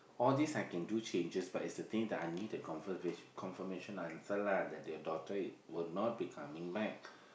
all this I can do changes but it the thing that I need to confirm confirmation answer lah that your daughter will not be coming back